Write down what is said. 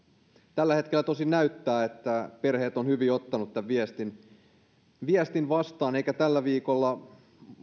tällä hetkellä tosin näyttää että perheet ovat hyvin ottaneet tämän viestin viestin vastaan eikä tällä viikolla